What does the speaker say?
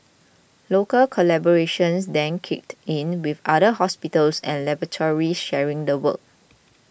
local collaborations then kicked in with other hospitals and laboratories sharing the work